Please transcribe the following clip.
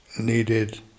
needed